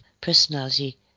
personality